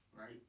Right